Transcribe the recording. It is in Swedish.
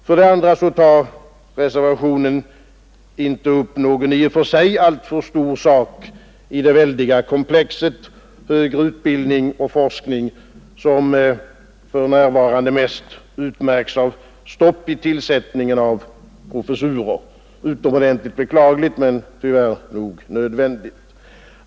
För det andra tar reservationen inte upp någon i och för sig alltför stor sak i det väldiga komplexet högre utbildning och forskning, som för närvarande mest utmärks av stopp i inrättandet av professurer, utomordentligt beklagligt men tyvärr nog nödvändigt.